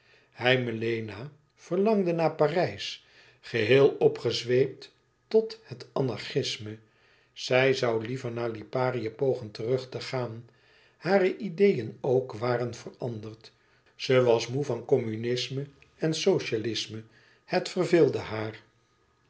melena verlangde naar parijs geheel opgezweept tot het anarchisme zij zoû liever naar liparië pogen terug te gaan hare ideeën ook waren veranderd ze was moê van communisme en socialisme het verveelde haar